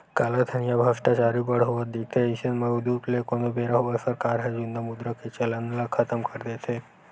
कालाधन या भस्टाचारी बड़ होवत दिखथे अइसन म उदुप ले कोनो बेरा होवय सरकार ह जुन्ना मुद्रा के चलन ल खतम कर देथे